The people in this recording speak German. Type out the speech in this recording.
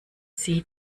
sie